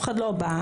אף אחד לא בא,